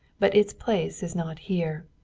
but its place is not here.